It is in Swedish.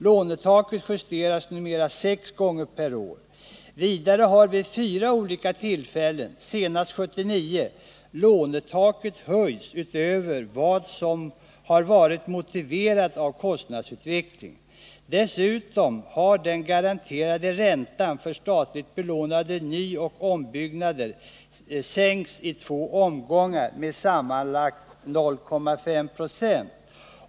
Lånetaket justeras numera sex gånger per år. Vidare har vid fyra olika tillfällen, senast 1979, lånetaket höjts utöver vad som har varit motiverat av kostnadsutvecklingen. Dessutom har den garanterade räntan för statligt belånade nyoch ombyggnader sänkts i två omgångar med sammanlagt 0,5 20.